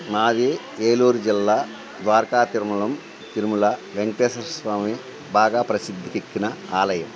నాది ఏలూరు జిల్లా ద్వారకాతిరుమలం తిరుమల వెంకటేశ్వర స్వామి బాగా ప్రసిద్ధికెక్కిన ఆలయం